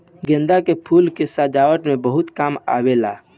गेंदा के फूल के सजावट में बहुत काम आवेला